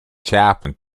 chaplain